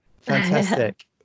Fantastic